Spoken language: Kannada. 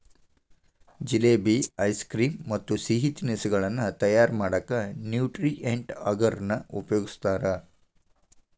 ಜಿಲೇಬಿ, ಐಸ್ಕ್ರೇಮ್ ಮತ್ತ್ ಸಿಹಿ ತಿನಿಸಗಳನ್ನ ತಯಾರ್ ಮಾಡಕ್ ನ್ಯೂಟ್ರಿಯೆಂಟ್ ಅಗರ್ ನ ಉಪಯೋಗಸ್ತಾರ